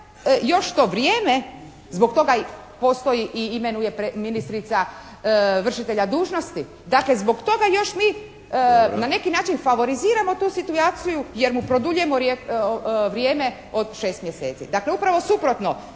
još to vrijeme zbog toga postoji i imenuje ministrica vršitelja dužnosti. Dakle, zbog toga još mi na neki način favoriziramo tu situaciju jer mu produljujemo vrijeme od 6 mjeseci.